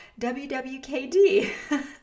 WWKD